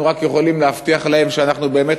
אנחנו רק יכולים להבטיח להם שאנחנו באמת